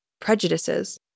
prejudices